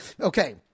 Okay